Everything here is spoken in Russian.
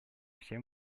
все